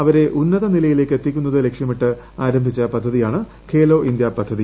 അവരെ ഉന്നത നിലയിലേക്ക് എത്തിക്കുന്നത് ലക്ഷ്യമിട്ട് ആരംഭിച്ച പദ്ധതിയാണ് ഖേലോ ഇന്ത്യ പദ്ധതി